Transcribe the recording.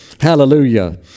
Hallelujah